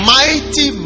mighty